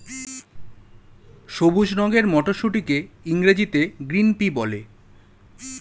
সবুজ রঙের মটরশুঁটিকে ইংরেজিতে গ্রিন পি বলে